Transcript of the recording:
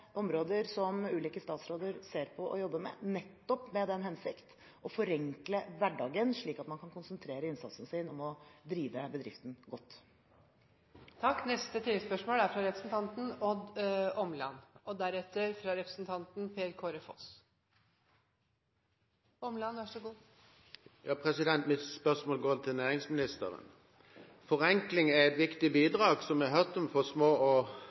områder som ulike statsråder ser på og jobber med, nettopp med den hensikt å forenkle hverdagen, slik at man kan konsentrere innsatsen sin om å drive bedriften godt. Odd Omland – til oppfølgingsspørsmål. Mitt spørsmål går til næringsministeren. Forenkling er – som vi har hørt – et viktig bidrag for små bedrifter og enkeltpersonforetak. Regjeringen Stoltenberg igangsatte et stort arbeid med en ambisiøs målsetting om 10 mrd. kr i innsparing innen 2015, og